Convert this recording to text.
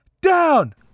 down